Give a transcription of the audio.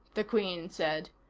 the queen said.